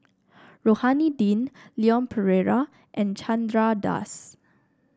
Rohani Din Leon Perera and Chandra Das